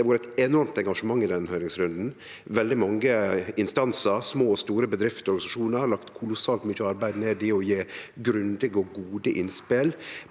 har vore eit enormt engasjement i den høyringsrunden. Veldig mange instansar, små og store bedrifter og organisasjonar har lagt ned kolossalt mykje arbeid i å gje grundige og gode innspel.